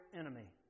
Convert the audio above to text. enemy